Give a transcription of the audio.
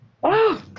Wow